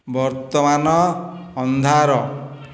ବର୍ତ୍ତମାନ ଅନ୍ଧାର